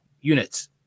units